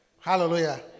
Hallelujah